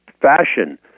fashion